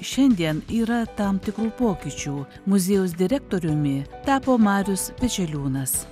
šiandien yra tam tikrų pokyčių muziejaus direktoriumi tapo marius pečeliūnas